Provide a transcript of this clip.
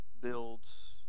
builds